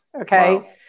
Okay